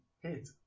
hit